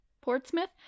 Portsmouth